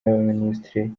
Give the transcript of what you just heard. y’abaminisitiri